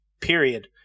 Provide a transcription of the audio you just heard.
period